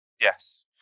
Yes